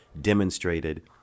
demonstrated